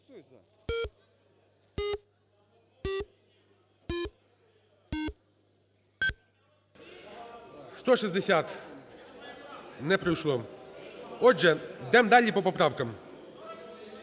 160, не пройшло. Отже, йдемо далі по поправкам.